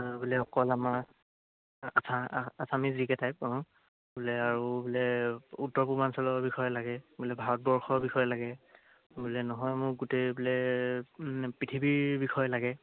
বোলে অকল আমাৰ আচামীজ জি কে টাইপ বোলে আৰু বোলে উত্তৰ পূৰ্বাঞ্চলৰ বিষয়ে লাগে বোলে ভাৰতবৰ্ষৰ বিষয়ে লাগে বোলে নহয় মোৰ গোটেই বোলে পৃথিৱীৰ বিষয়ে লাগে